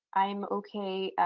i'm okay